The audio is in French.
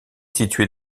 situé